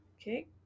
okay